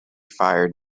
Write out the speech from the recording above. fire